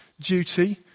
duty